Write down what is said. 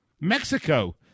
Mexico